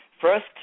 first